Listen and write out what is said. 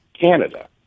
Canada